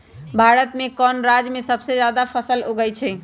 भारत में कौन राज में सबसे जादा फसल उगई छई?